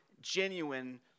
genuine